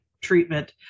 treatment